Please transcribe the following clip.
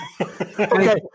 Okay